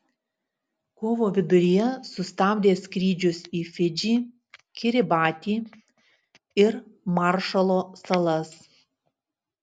kovo viduryje sustabdė skrydžius į fidžį kiribatį ir maršalo salas